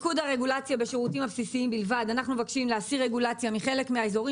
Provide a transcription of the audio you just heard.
אנחנו מבקשים להסיר רגולציה מחלק מהאזורים